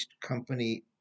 company